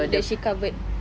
that she covered